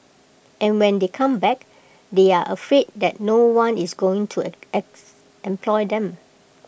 and when they come back they are afraid that no one is going to employ them